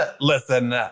listen